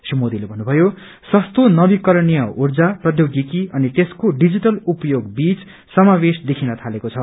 श्री मोदीले भन्नुषयो सस्तो नवीकरणीय ऊर्जा प्रौष्योगिकी अनि त्यसको डिजीटल उपयोग बीच समवेश देखिन थालेको छ